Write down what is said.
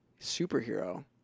superhero